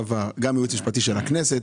גם ייעוץ משפטי של הכנסת.